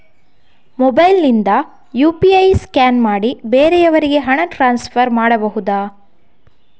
Mobile ನಿಂದ UPI scan ಮಾಡಿ ಬೇರೆಯವರಿಗೆ ಹಣ ಟ್ರಾನ್ಸ್ಫರ್ ಮಾಡಬಹುದ?